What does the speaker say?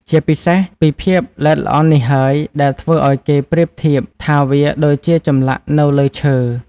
ជាពិសេសពីភាពល្អិតល្អន់នេះហើយដែលធ្វើឱ្យគេប្រៀបធៀបថាវាដូចជាចម្លាក់នៅលើឈើ។